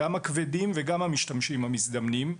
גם הכבדים וגם המשתמשים המזדמנים.